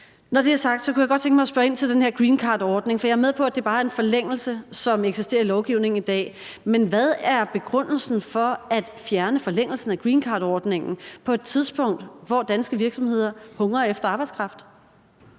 Når det er sagt, kunne jeg godt tænke mig at spørge ind til den her greencardordning. For jeg er med på, at det bare er en forlængelse, som eksisterer i lovgivningen i dag. Men hvad er begrundelsen for at fjerne forlængelsen af greencardordningen på et tidspunkt, hvor danske virksomheder hungrer efter arbejdskraft?